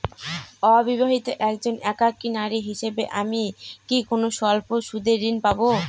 অবিবাহিতা একজন একাকী নারী হিসেবে আমি কি কোনো স্বল্প সুদের ঋণ পাব?